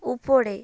উপরে